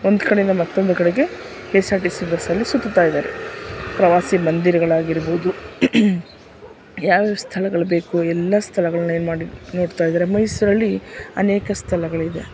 ಒಂದು ಕಡೆಯಿಂದ ಮತ್ತೊಂದು ಕಡೆಗೆ K S R T C ಬಸ್ಸಲ್ಲಿ ಸುತ್ತುತ್ತಾಯಿದ್ದಾರೆ ಪ್ರವಾಸಿ ಮಂದಿರಗಳಾಗಿರ್ಬೋದು ಯಾವ್ಯಾವ ಸ್ಥಳಗಳು ಬೇಕೋ ಎಲ್ಲ ಸ್ಥಳಗಳನ್ನ ಏನ್ಮಾಡಿ ನೋಡ್ತಾಯಿದ್ದಾರೆ ಮೈಸೂರಲ್ಲಿ ಅನೇಕ ಸ್ಥಳಗಳಿವೆ